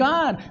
God